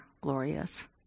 glorious